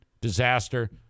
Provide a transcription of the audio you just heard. disaster